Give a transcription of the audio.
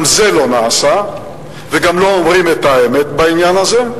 גם זה לא נעשה וגם לא אומרים את האמת בעניין הזה.